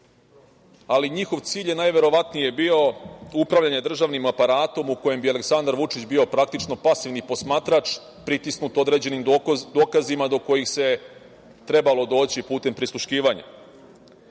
ali njihov cilj je najverovatnije bio upravljanje državnim aparatom u kojem bi Aleksandar Vučić bio praktično pasivni posmatrač, pritisnut određenim dokazima do kojih se trebalo doći putem prisluškivanja,